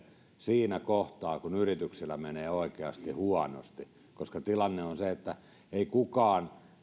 siinä kohtaa kun yrityksillä menee oikeasti huonosti koska tilanne on se että ei mikään